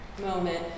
moment